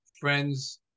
Friends